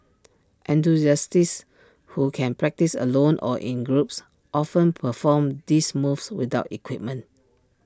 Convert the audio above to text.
enthusiasts who can practise alone or in groups often perform these moves without equipment